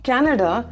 Canada